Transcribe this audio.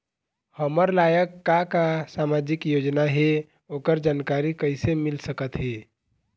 हमर लायक का का सामाजिक योजना हे, ओकर जानकारी कइसे मील सकत हे?